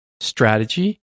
strategy